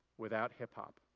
without hip-hop.